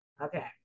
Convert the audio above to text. Okay